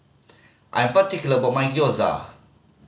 I'm particular about my Gyoza